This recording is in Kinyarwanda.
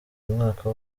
umwaka